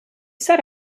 set